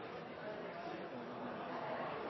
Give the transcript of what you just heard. ikke bare er